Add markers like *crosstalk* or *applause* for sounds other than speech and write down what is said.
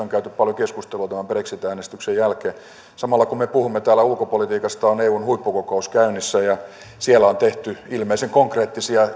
*unintelligible* on käyty paljon keskustelua brexit äänestyksen jälkeen samalla kun me puhumme täällä ulkopolitiikasta on eun huippukokous käynnissä ja siellä on tehty ilmeisen konkreettisia